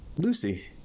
Lucy